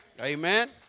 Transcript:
amen